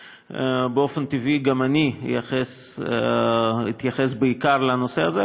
ובאופן טבעי גם אני אתייחס בעיקר לנושא הזה,